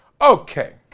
Okay